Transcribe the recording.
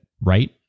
right